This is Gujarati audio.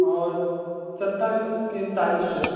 હ સત્યાવીસ કે એમ તારીખ છે